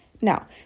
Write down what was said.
Now